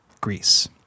greece